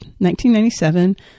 1997